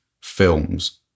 films